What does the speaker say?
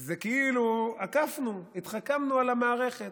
זה כאילו עקפנו, התחכמנו עם המערכת.